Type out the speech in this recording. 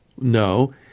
No